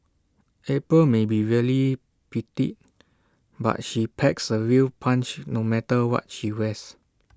April may be really petite but she packs A real punch no matter what she wears